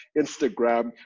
Instagram